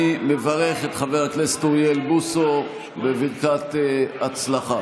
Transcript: אני מברך את חבר הכנסת אוריאל בוסו בברכת הצלחה.